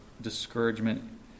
discouragement